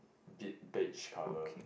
deep beige colour